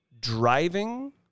driving